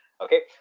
Okay